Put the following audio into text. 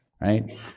Right